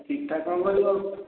ଚିଠା କ'ଣ କରିବ